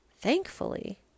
Thankfully